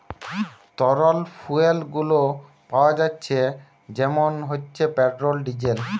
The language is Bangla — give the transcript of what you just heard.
তরল ফুয়েল গুলো পাওয়া যাচ্ছে যেমন হচ্ছে পেট্রোল, ডিজেল